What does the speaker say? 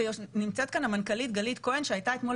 ונמצאת כאן המנכ"לית גלית כהן שהייתה אתמול